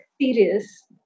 serious